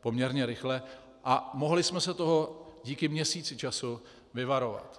poměrně rychle, a mohli jsme se toho díky měsíci času vyvarovat.